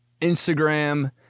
Instagram